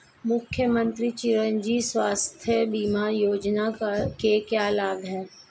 मुख्यमंत्री चिरंजी स्वास्थ्य बीमा योजना के क्या लाभ हैं?